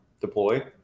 deploy